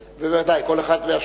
בוודאי, כל אחד והשקפתו.